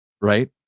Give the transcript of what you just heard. right